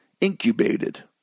incubated